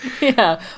Yeah